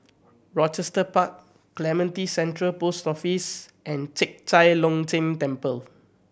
Rochester Park Clementi Central Post Office and Chek Chai Long Chuen Temple